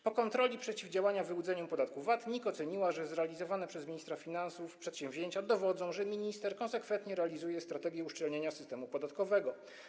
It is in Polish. Po kontroli przeciwdziałania wyłudzeniom podatku VAT NIK oceniła, że zrealizowane przez ministra finansów przedsięwzięcia dowodzą, że minister konsekwentnie realizuje strategię uszczelniania systemu podatkowego.